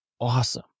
Awesome